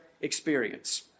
experience